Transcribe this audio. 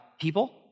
people